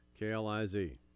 KLIZ